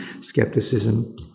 skepticism